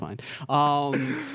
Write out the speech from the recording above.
fine